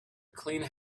clean